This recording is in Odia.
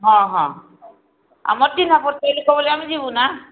ହଁ ହଁ ଆମର ଚିହ୍ନାପରିଚୟ ଲୋକ ବୋଲି ଆମେ ଯିବୁ ନା